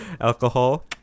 alcohol